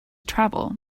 travel